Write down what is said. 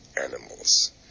animals